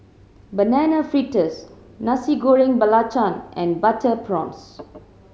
Banana Fritters Nasi Goreng Belacan and butter prawns